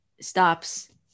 stops